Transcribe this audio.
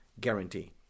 guarantee